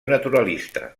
naturalista